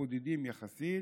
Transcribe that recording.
הבודדים יחסית,